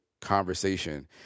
conversation